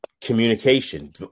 communication